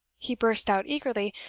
he burst out, eagerly.